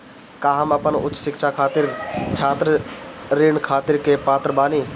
का हम अपन उच्च शिक्षा खातिर छात्र ऋण खातिर के पात्र बानी?